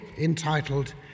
entitled